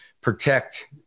protect